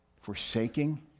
forsaking